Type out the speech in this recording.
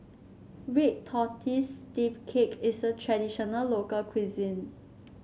Red Tortoise Steamed Cake is a traditional local cuisine